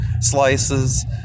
slices